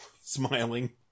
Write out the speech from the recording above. smiling